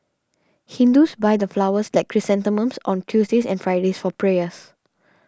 Hindus buy the flowers like chrysanthemums on Tuesdays and Fridays for prayers